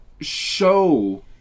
show